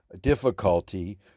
difficulty